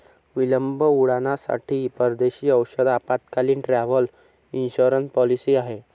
विलंब उड्डाणांसाठी परदेशी औषध आपत्कालीन, ट्रॅव्हल इन्शुरन्स पॉलिसी आहे